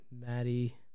Maddie